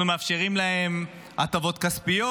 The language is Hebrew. אנחנו מאפשרים לה הטבות כספיות,